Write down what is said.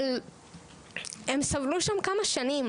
אבל הן סבלו שם כמה שנים.